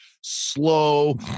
slow